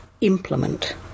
implement